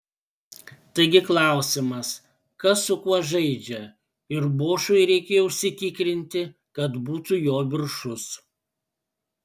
taigi klausimas kas su kuo žaidžia ir bošui reikėjo užsitikrinti kad būtų jo viršus